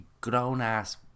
grown-ass